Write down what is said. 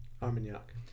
Armagnac